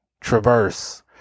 traverse